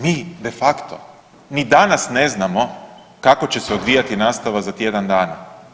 Mi de facto ni danas ne znamo kako će se odvijati nastava za tjedan dana.